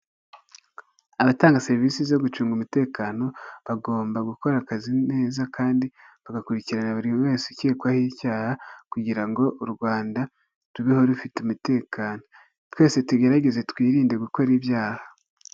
Abatanga serivisi zo gucunga umutekano bagomba gukora akazi neza kandi bagakurikirana buri wese ukekwaho icyaha kugira ngo u Rwanda tubeho rufite umutekano, twese tugerageze twirinde gukora ibyaha.